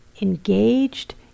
engaged